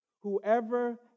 whoever